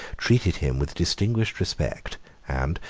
treated him with distinguished respect and,